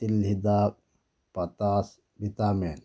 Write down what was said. ꯇꯤꯜ ꯍꯤꯗꯥꯛ ꯄꯥꯇꯥꯁ ꯕꯤꯇꯥꯃꯤꯟ